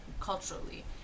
culturally